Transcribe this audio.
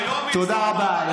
תודה רבה.